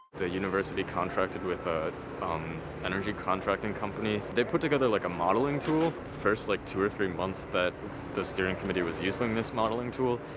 the university contracted with a energy contracting company. they put together like a modeling tool. first like two or three months that the steering committee was using this modeling tool,